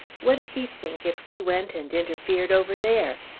what'd he think if we went and interfered over there?